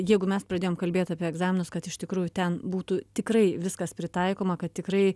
jeigu mes pradėjom kalbėt apie egzaminus kad iš tikrųjų ten būtų tikrai viskas pritaikoma kad tikrai